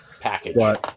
package